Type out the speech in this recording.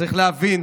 צריך להבין